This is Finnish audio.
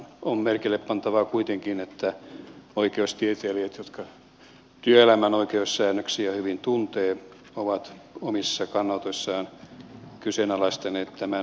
on merkille pantavaa kuitenkin että oikeustieteilijät jotka työelämän oikeussäännöksiä hyvin tuntevat ovat omissa kannanotoissaan kyseenalaistaneet tämän menettelytavan